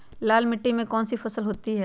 लाल मिट्टी में कौन सी फसल होती हैं?